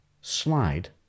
slide